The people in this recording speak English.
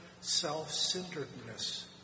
self-centeredness